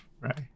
right